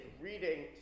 reading